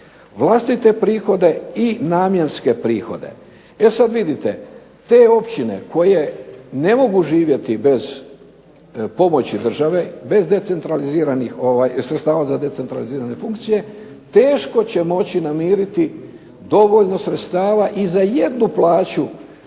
vlastite prihode i namjenske prihode. E sad vidite, te općine koje ne mogu živjeti bez pomoći države, bez decentraliziranih sredstava za decentralizirane funkcije teško će moći namiriti dovoljno sredstava i za jednu plaću